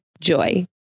JOY